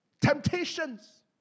temptations